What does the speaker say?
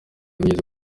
binyuze